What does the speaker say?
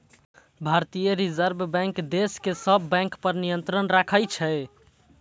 भारतीय reserve bank देश के सब बैंक पर नियंत्रण राखै छै